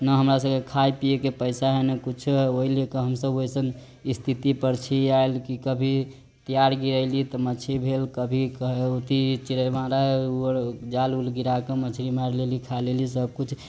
ना हमरासबके खाय पिये के पैसा है ना कुछो है ओहि ले कऽ हमसब स्थिति पर छी आएल की कभी तेयार गिरैली त मछली भेल कभी अथी चिरैमारा जाल ऊल गिरा कऽ मछली मारि लेली खा लेली सबकिछु